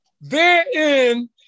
Therein